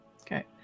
Okay